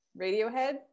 Radiohead